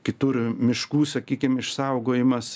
kitur miškų sakykim išsaugojimas